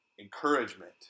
Encouragement